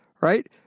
right